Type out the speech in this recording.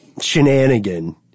shenanigan